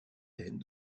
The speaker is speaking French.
ellen